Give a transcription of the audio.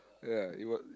yeah it wa~